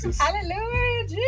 Hallelujah